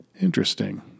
Interesting